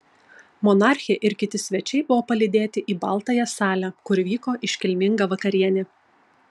monarchė ir kiti svečiai buvo palydėti į baltąją salę kur vyko iškilminga vakarienė